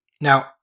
Now